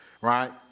right